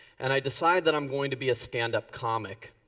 and i decided that i'm going to be a standup comic.